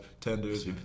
tenders